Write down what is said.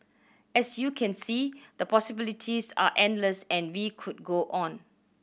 as you can see the possibilities are endless and we could go on